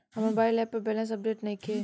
हमार mobile app पर balance update नइखे